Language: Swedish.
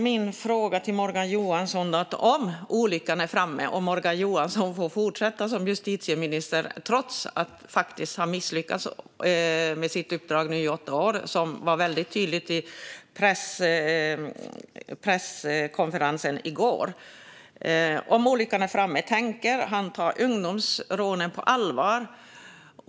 Min fråga till Morgan Johansson är: Om olyckan är framme och Morgan Johansson får fortsätta som justitieminister - trots att han faktiskt har misslyckats med sitt uppdrag i åtta år, vilket blev tydligt vid presskonferensen i går - tänker han då ta ungdomsrånen på allvar?